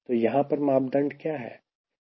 तो यहां पर मापदंड क्या है